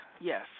Yes